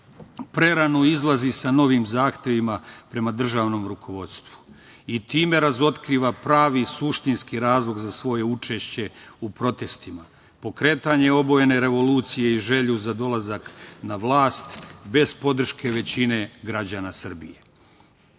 prerano izlazi sa novim zahtevima prema državnom rukovodstvu i time razotkriva pravi suštinski razlog za svoje učešće u protestima - pokretanje obojene rezolucije i želju za dolazak na vlast bez podrške većine građana